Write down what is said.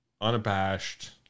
unabashed